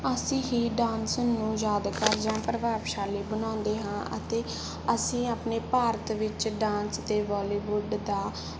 ਅਸੀਂ ਹੀ ਡਾਂਸ ਨੂੰ ਯਾਦਕਾਰ ਜਾਂ ਪ੍ਰਭਾਵਸ਼ਾਲੀ ਬਣਾਉਂਦੇ ਹਾਂ ਅਤੇ ਅਸੀਂ ਆਪਣੇ ਭਾਰਤ ਵਿੱਚ ਡਾਂਸ ਅਤੇ ਬੋਲੀਵੁੱਡ ਦਾ